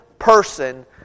person